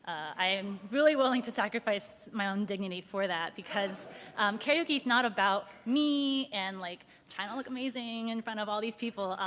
i am really willing to sacrifice my own dignity for that because karaoke is not about me and like trying to look amazing in front of all these people.